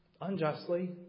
unjustly